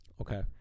Okay